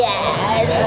Yes